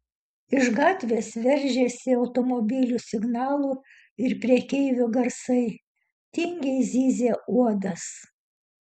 iš gatvės veržėsi automobilių signalų ir prekeivių garsai tingiai zyzė uodas